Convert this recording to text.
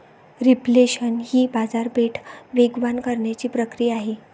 reflation ही बाजारपेठ वेगवान करण्याची प्रक्रिया आहे